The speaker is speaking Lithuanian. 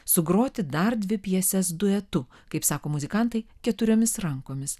sugroti dar dvi pjeses duetu kaip sako muzikantai keturiomis rankomis